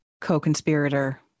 co-conspirator